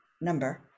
number